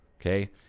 Okay